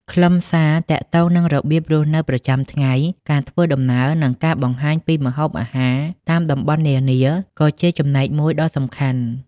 ខ្លឹមសារទាក់ទងនឹងរបៀបរស់នៅប្រចាំថ្ងៃ ការធ្វើដំណើរ និងការបង្ហាញពីម្ហូបអាហារតាមតំបន់នានាក៏ជាចំណែកមួយដ៏សំខាន់។